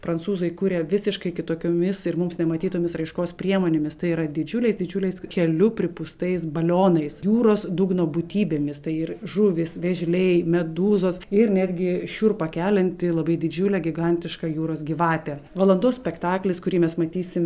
prancūzai kuria visiškai kitokiomis ir mums nematytomis raiškos priemonėmis tai yra didžiuliais didžiuliais heliu pripūstais balionais jūros dugno būtybėmis tai ir žuvys vėžliai medūzos ir netgi šiurpą kelianti labai didžiulė gigantiška jūros gyvatė valandos spektaklis kurį mes matysim